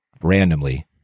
randomly